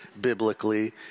biblically